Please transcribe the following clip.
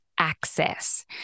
access